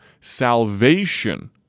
Salvation